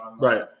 right